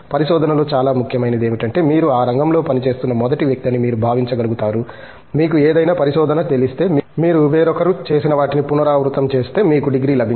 పరిశోధనలో చాలా ముఖ్యమైనది ఏమిటంటే మీరు ఆ రంగంలో పనిచేస్తున్న మొదటి వ్యక్తి అని మీరు భావించగలుగుతారు మీకు ఏదైనా పరిశోధన తెలిస్తే మీరు వేరొకరు చేసిన వాటిని పునరావృతం చేస్తే మీకు డిగ్రీ లభించదు